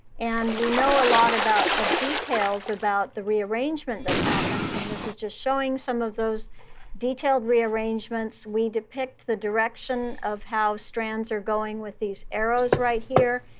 and we know a lot of details about the rearrangement that happens, and this is just showing some of those detailed rearrangements. we depict the direction of how strands are going with these arrows right here.